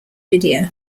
video